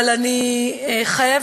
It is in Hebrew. אבל אני חייבת